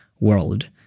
world